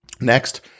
Next